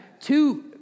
two